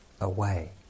away